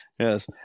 Yes